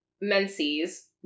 menses